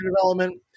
development